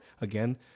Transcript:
again